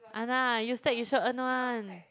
!hah nah! you stack you sure earn [one]